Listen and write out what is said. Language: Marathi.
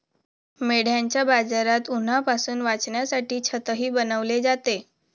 मेंढ्यांच्या बाजारात उन्हापासून वाचण्यासाठी छतही बनवले जाते